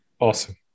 Awesome